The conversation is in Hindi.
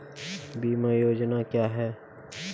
बीमा योजना क्या है?